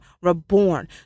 reborn